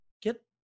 get